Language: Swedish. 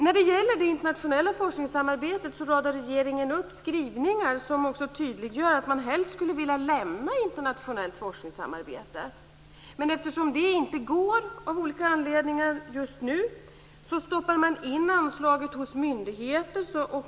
När det gäller det internationella forskningssamarbetet radar regeringen upp skrivningar som också tydliggör att man helst skulle vilja lämna internationellt forskningssamarbete. Eftersom det av olika anledningar inte går just nu stoppar man in anslaget hos myndigheter.